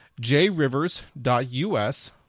jrivers.us